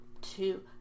Two